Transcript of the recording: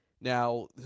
Now